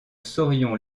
saurions